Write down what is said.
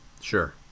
Sure